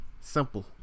Simple